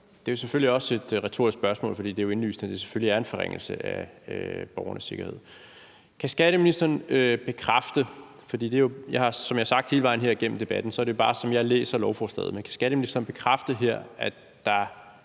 det er selvfølgelig også et retorisk spørgsmål, for det er jo indlysende, at det selvfølgelig er en forringelse af borgernes sikkerhed. Som jeg har sagt hele vejen her igennem debatten, er det bare, som jeg læser lovforslaget. Men kan skatteministeren bekræfte her, at der